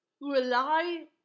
rely